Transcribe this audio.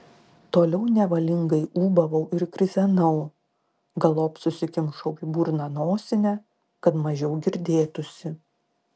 toliau nevalingai ūbavau ir krizenau galop susikimšau į burną nosinę kad mažiau girdėtųsi